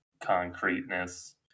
concreteness